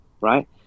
Right